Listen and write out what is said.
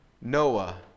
Noah